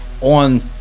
on